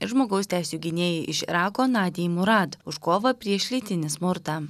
ir žmogaus teisių gynėjai iš irako nadijai murad už kovą prieš lytinį smurtą